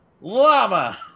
llama